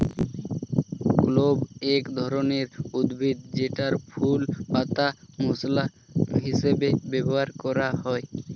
clove এক ধরনের উদ্ভিদ যেটার ফুল, পাতা মসলা হিসেবে ব্যবহার করা হয়